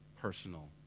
personal